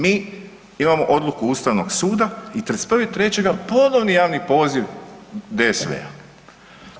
Mi imamo odluku Ustavnog suda, i 31.3. ponovni javni poziv DSV-a.